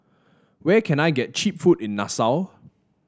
where can I get cheap food in Nassau